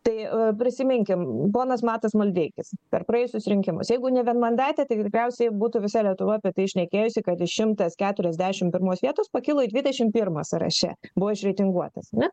tai prisiminkim ponas matas maldeikis per praėjusius rinkimus jeigu ne vienmandatė tai tikriausiai būtų visa lietuva apie tai šnekėjusi kad iš šimtas keturiasdešim pirmos vietos pakilo į dvidešim pirmą sąraše buvo išreitinguotas ane